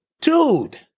Dude